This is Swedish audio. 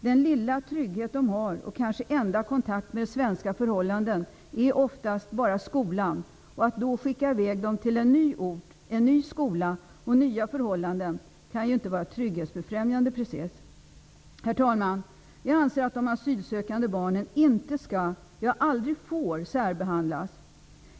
Den lilla trygghet och kanske enda kontakt med svenska förhållanden som de har är ofta bara skolan. Att då skicka i väg dem till en ny ort, ny skola och nya förhållanden kan inte vara trygghetsbefrämjande precis. Herr talman! Jag anser att de asylsökande barnen aldrig får särbehandlas.